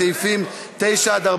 סעיפים 9 14,